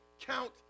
count